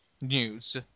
news